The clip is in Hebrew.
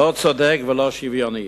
לא צודק ולא שוויוני.